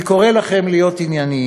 אני קורא לכם להיות ענייניים,